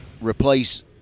replace